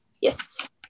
Yes